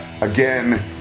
again